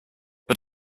but